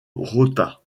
rota